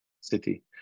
city